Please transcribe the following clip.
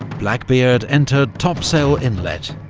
blackbeard entered topsail inlet,